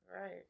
Right